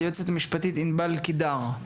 ביועצת המשפטית ענבל קידר.